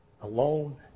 alone